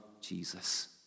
Jesus